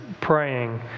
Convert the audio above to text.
praying